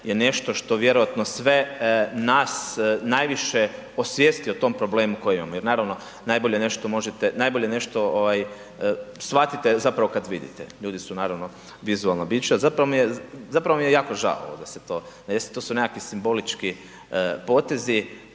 je nešto što vjerojatno sve nas najviše osvijesti o tom problemu koji imamo, jer naravno najbolje nešto možete, najbolje nešto ovaj shvatite zapravo kad vidite. Ljudi su naravno vizualna bića. Zapravo mi je, zapravo mi je jako žao da se to, to su nekakvi simbolički potezi